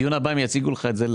בדיון הבא הם יציגו לך את זה כדי